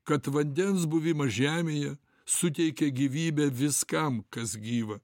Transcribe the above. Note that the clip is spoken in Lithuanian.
kad vandens buvimas žemėje suteikia gyvybę viskam kas gyva